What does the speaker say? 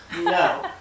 no